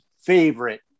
favorite